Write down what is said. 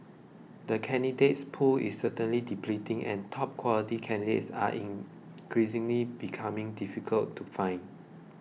the candidates pool is certainly depleting and top quality candidates are increasingly becoming difficult to find